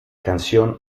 canción